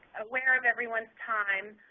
aware of everyone's time.